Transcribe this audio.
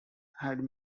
had